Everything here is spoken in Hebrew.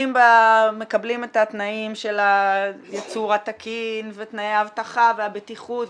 מקבלים את התנאים של הייצור התקין ותנאי אבטחה והבטיחות,